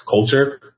culture